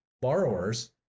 borrowers